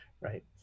right